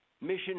Mission